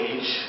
Age